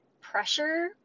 pressure